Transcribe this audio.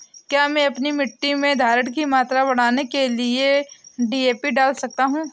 क्या मैं अपनी मिट्टी में धारण की मात्रा बढ़ाने के लिए डी.ए.पी डाल सकता हूँ?